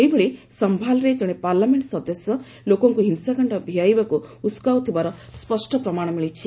ସେହିଭଳି ସମ୍ଭାଲ୍ରେ ଜଣେ ପାର୍ଲାମେଣ୍ଟ ସଦସ୍ୟ ଲୋକଙ୍କୁ ହିଂସାକାଣ୍ଡ ଭିଆଇବାକୁ ଉସ୍କାଉଥିବାର ସ୍ୱଷ୍ଟ ପ୍ରମାଣ ମିଳିଛି